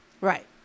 Right